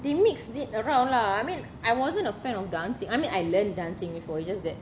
they mixed it around lah I mean I wasn't a fan of dancing I mean I learnt dancing before it's just that